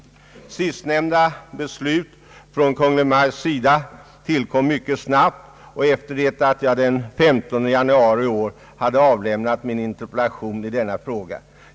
Sistnämnda beslut av Kungl. Maj:t tillkom mycket snabbt och sedan jag den 15 januari i år hade avlämnat min interpellation i denna fråga.